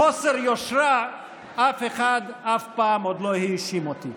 בחוסר יושרה אף אחד אף פעם עוד לא האשים אותי,